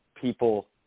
people